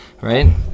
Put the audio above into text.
right